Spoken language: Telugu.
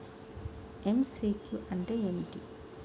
ఎమ్.సి.క్యూ అంటే ఏమిటి?